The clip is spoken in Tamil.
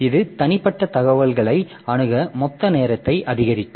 இது தனிப்பட்ட தகவல்களை அணுக மொத்த நேரத்தை அதிகரிக்கும்